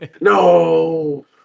no